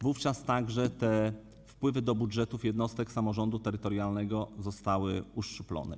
Wówczas także te wpływy do budżetów jednostek samorządu terytorialnego zostały uszczuplone.